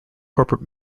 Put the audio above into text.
corporate